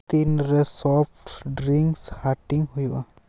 ᱛᱤᱱᱨᱮ soft drinks ᱦᱟᱹᱴᱤᱧ ᱦᱩᱭᱩᱜᱼᱟ